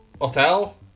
Hotel